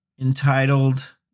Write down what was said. entitled